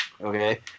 Okay